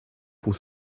pour